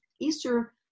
Easter